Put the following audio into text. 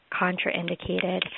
contraindicated